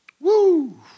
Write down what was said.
Woo